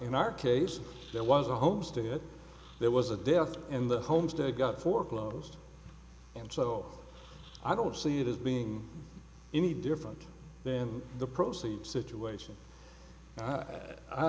in our case there was a homestead there was a death in the homestead got foreclosed and so i don't see it as being any different then the proceeds situation i